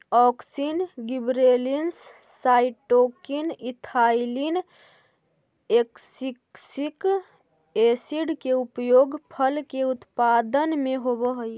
auxin, gibberellins, cytokinin, ethylene, abscisic acid के उपयोग फल के उत्पादन में होवऽ हई